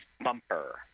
Bumper